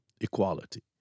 equality